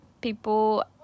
people